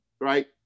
right